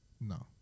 No